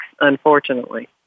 unfortunately